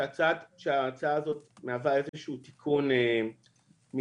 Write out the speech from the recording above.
שההצעה הזאת מהווה איזשהו תיקון מינימלי